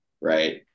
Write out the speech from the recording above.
right